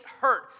hurt